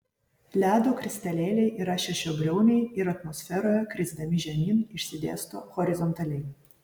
ledo kristalėliai yra šešiabriauniai ir atmosferoje krisdami žemyn išsidėsto horizontaliai